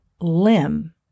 limb